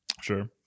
Sure